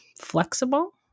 flexible